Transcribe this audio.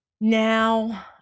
Now